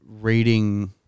Reading